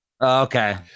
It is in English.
Okay